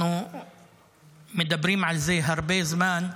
אנחנו מדברים על זה הרבה זמן.